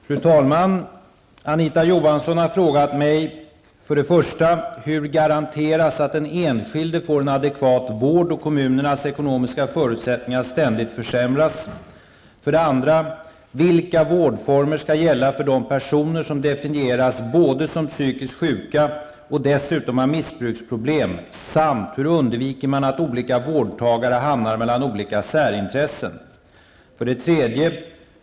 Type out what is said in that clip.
Fru talman! Anita Johansson har frågat mig: 1. Hur garanteras att den enskilde får en adekvat vård, då kommunernas ekonomiska förutsättningar ständigt försämras? 2. Vilka vårdformer skall gälla för de personer som definieras både som psykiskt sjuka och dessutom har missbruksproblem samt hur undviker man att olika vårdtagare hamnar mellan dessa särintressen? 3.